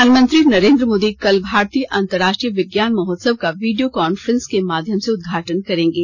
प्रधानमंत्री नरेंद्र मोदी कल भारतीय अंतर्राष्ट्रीय विज्ञान महोत्सव का वीडियो कॉन्फ्रेंस के माध्यम से उद्घाटन करेंगे